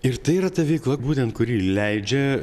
ir tai yra ta veikla būtent kuri leidžia